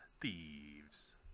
thieves